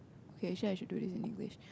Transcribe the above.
okay I should do it in English